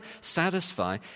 satisfy